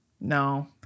no